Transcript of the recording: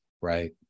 Right